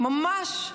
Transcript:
ממש.